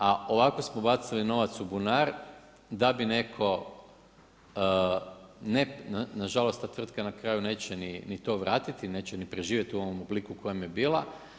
A ovako smo bacili novac u bunar da bi netko nažalost, ta tvrtka na kraju neće ni to vratiti, neće ni preživjeti u ovom obliku u kojem je bila.